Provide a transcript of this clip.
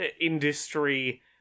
industry